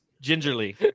Gingerly